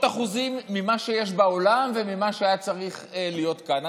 אחוזים ממה שיש בעולם וממה שהיה צריך להיות כאן.